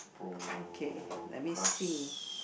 okay let me see